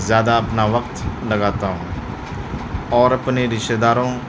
زیادہ اپنا وقت لگاتا ہوں اور اپنے رشتے داروں